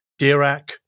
Dirac